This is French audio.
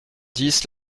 dix